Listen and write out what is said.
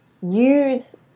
use